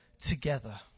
together